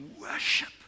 worship